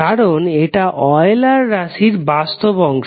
কারণ এটা আয়েলার রাশির বাস্তব অংশ